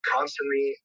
constantly